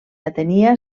atenia